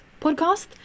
podcast